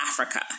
Africa